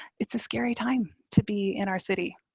it's a scary time to be in our city.